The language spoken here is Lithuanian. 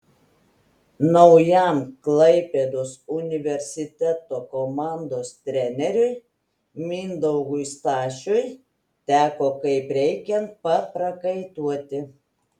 naujam klaipėdos universiteto komandos treneriui mindaugui stašiui teko kaip reikiant paprakaituoti